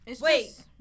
Wait